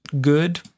good